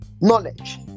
knowledge